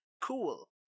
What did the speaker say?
cool